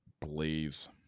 Please